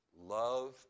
Love